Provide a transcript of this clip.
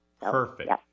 Perfect